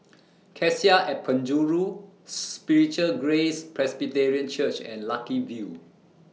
Cassia At Penjuru Spiritual Grace Presbyterian Church and Lucky View